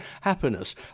happiness